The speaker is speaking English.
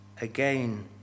again